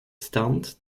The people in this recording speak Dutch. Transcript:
stand